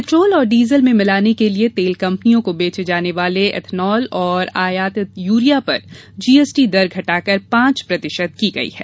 petrol और diesel में मिलाने के लिए तेल कंपनियों को बेचे जाने वाले एथेनॉल और आयातित यूरिया पर जीएसटी दर घटाकर पांच प्रतिशत की गई है